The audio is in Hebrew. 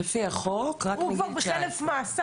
לפי החוק, רק מגיל 19. הוא כבר בחלף מאסר.